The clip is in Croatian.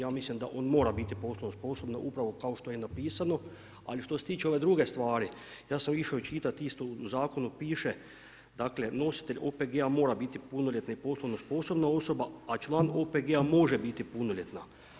Ja mislim da on mora biti poslovno sposoban upravo kao što je napisano, ali što se tiče ove druge stvari, ja sam išao čitati isto u zakonu piše nositelj OPG-a mora biti punoljetna i poslovno sposobna osoba, a član OPG-a može biti punoljetna.